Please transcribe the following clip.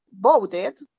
Voted